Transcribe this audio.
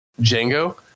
Django